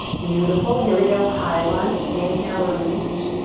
beautiful. here we go, high lunge, inhale, reach.